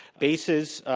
bases,